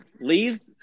leaves